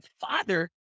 father